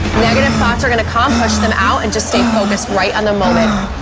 negative thoughts are gonna come, push them out and just stay focused right on the moment.